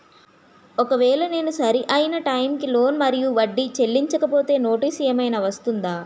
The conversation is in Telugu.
ఒకవేళ నేను సరి అయినా టైం కి లోన్ మరియు వడ్డీ చెల్లించకపోతే నోటీసు ఏమైనా వస్తుందా?